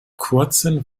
kurzen